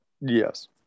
Yes